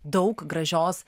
daug gražios